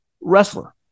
wrestler